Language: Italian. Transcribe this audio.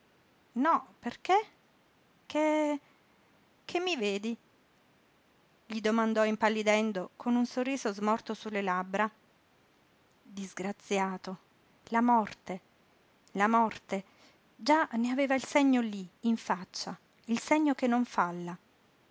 no perché che che mi vedi gli domandò impallidendo con un sorriso smorto sulle labbra disgraziato la morte la morte già ne aveva il segno lí in faccia il segno che non falla